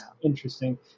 Interesting